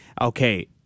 Okay